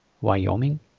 Wyoming